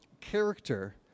Character